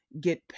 get